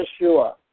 Yeshua